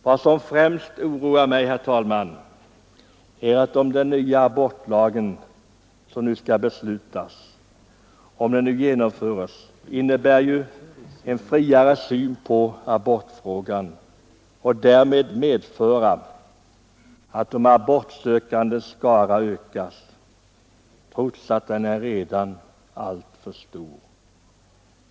Vad som främst oroar mig, herr talman, är att om den nya abortlagen genomförs så innebär detta en friare syn på abortfrågan och därmed att de abortsökandes skara ökas, trots att den redan är alltför stor.